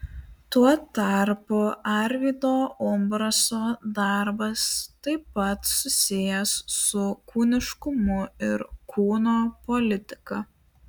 tuo tarpu arvydo umbraso darbas taip pat susijęs su kūniškumu ir kūno politika